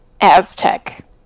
Aztec